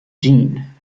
jean